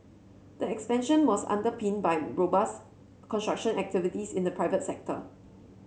the expansion was underpinned by robust construction activities in the private sector